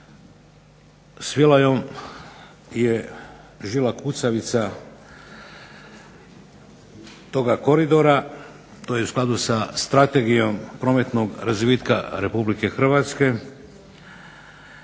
Svilajom je žila kucavica toga koridora. To je u skladu sa Strategijom prometnog razvitka Republike Hrvatske.